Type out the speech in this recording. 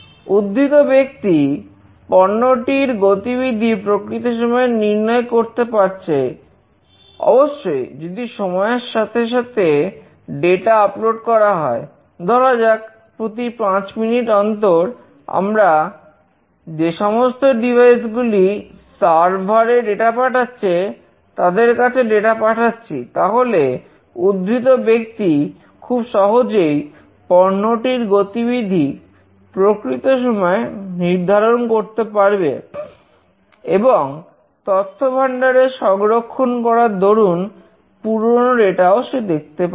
উদ্ধৃত ব্যক্তি পণ্যটির গতিবিধি প্রকৃত সময় নির্ণয় করতে পারছে অবশ্যই যদি সময়ের সাথে সাথে ডেটা ও সে দেখতে পাবে